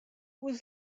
was